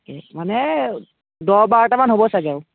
মানে দহ বাৰটামান হ'ব চাগে আৰু